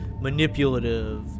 manipulative